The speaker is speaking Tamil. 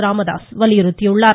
ராமதாஸ் வலியுறுத்தியுள்ளார்